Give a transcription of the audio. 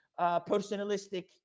personalistic